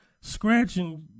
scratching